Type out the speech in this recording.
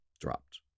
dropped